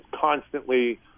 constantly